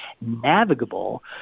navigable